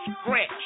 scratch